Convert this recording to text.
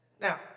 Now